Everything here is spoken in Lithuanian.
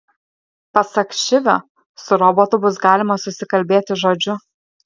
pasak šivio su robotu bus galima susikalbėti žodžiu